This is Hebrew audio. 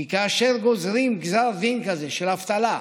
כי כאשר גוזרים גזר דין כזה של האבטלה,